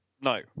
No